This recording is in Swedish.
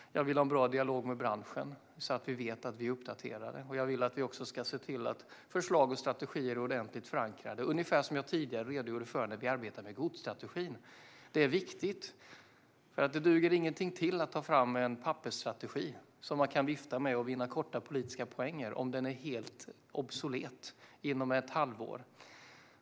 Jag vill också ha en bra dialog med branschen, så att vi vet att vi är uppdaterade. Jag vill också se till att förslag och strategier är ordentligt förankrade, ungefär på samma sätt som jag tidigare redogjorde för att vi arbetar med godsstrategin. Det är viktigt. Det duger ingenting till att ta fram en pappersstrategi som man kan vifta med och vinna korta politiska poäng med om den är helt obsolet inom ett halvår.